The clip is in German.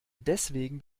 deswegen